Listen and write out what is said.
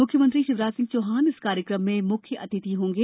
म्ख्यमंत्री शिवराज सिंह चौहान इस कार्यक्रम में म्ख्य अतिथि होंगे